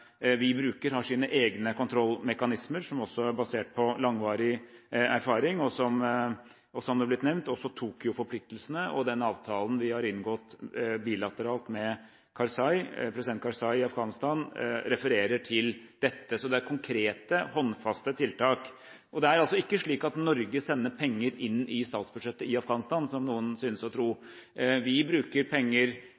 vi bruker, har sine egne kontrollmekanismer som også er basert på langvarig erfaring. Også Tokyo-forpliktelsene og den bilaterale avtalen vi har inngått med president Karzai i Afghanistan, refererer til dette, som det har blitt nevnt. Så det er konkrete, håndfaste tiltak. Det er altså ikke slik at Norge sender penger inn i statsbudsjettet i Afghanistan, som noen synes å tro.